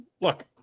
look